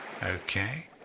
Okay